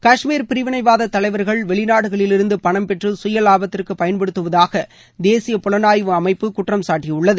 காஷ்மீர் பிரிவினைவாத தலைவர்கள் வெளிநாடுகளிலிருந்து பணம் பெற்று கய வாபத்திற்கு பயன்படுத்துவதாக தேசிய புலனாய்வு அமைப்பு குற்றம் சாட்டியுள்ளது